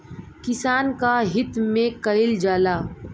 किसान क हित में कईल जाला